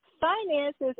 finances